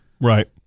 Right